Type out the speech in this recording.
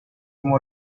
como